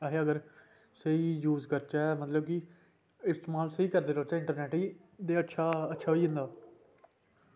अस अगर स्हेई यूज़ करचै मतलब की इस्तेमाल करदे करदे इंटरनेट गी ते अच्छा अच्छा होई जंदा